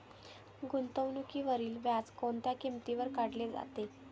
गुंतवणुकीवरील व्याज कोणत्या किमतीवर काढले जाते?